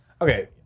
Okay